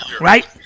right